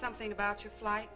something about your flight